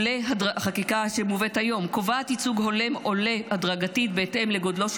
החקיקה שמובאת היום קובעת ייצוג הולם העולה הדרגתית בהתאם לגודלו של